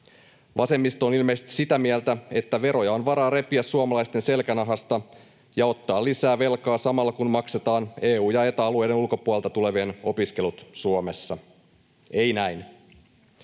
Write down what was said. Vasemmisto on ilmeisesti sitä mieltä, että veroja on varaa repiä suomalaisten selkänahasta ja ottaa lisää velkaa samalla, kun maksetaan EU- ja Eta-alueiden ulkopuolelta tulevien opiskelut Suomessa. — Ei näin.